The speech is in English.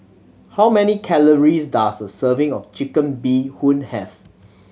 how many calories does a serving of Chicken Bee Hoon have